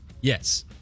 Yes